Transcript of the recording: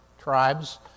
tribes